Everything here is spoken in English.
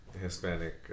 Hispanic